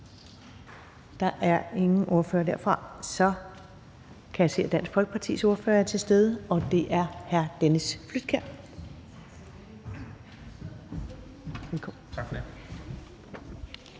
der er ingen ordførere derfra. Så kan jeg se, at Dansk Folkepartis ordfører er til stede, og det er hr. Dennis Flydtkjær. Velkommen.